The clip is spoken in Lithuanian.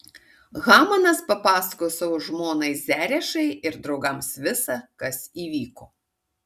hamanas papasakojo savo žmonai zerešai ir draugams visa kas įvyko